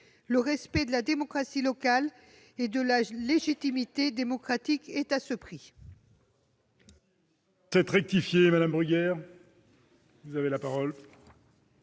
Le respect de la démocratie locale et de la légitimité démocratique est à ce prix.